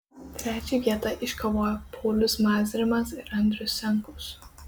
trečią vietą iškovojo paulius mazrimas ir andrius senkus